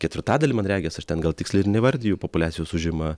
ketvirtadalį man regis aš ten gal tiksliai ir neįvardiju populiacijos užima